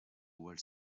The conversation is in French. wall